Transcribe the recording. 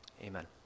amen